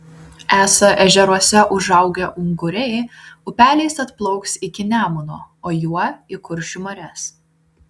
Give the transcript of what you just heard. esą ežeruose užaugę unguriai upeliais atplauks iki nemuno o juo į kuršių marias